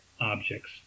objects